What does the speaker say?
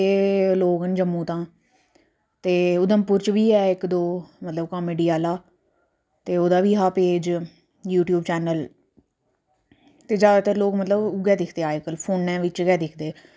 ओह् बंबरा तां लोह्ड़ियै कशा पैह्लें होई जंदा ते इक्क म्हीनै दौ म्हीनै पैह्लें चढ़ी जंदा मतलब लोह्ड़ी तक्क ते लोह्ड़ियै दी रातीं अस कड्ढदे आं हरण इक कुड़ी होंदी इक्क जनानी होंदी इक मर्द होंदा